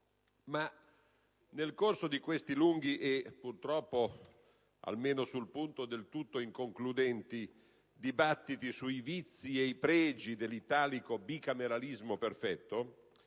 Ma nel corso di questi lunghi e purtroppo, almeno sul punto, del tutto inconcludenti dibattiti sui vizi e i pregi dell'italico bicameralismo perfetto,